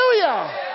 Hallelujah